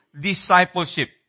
discipleship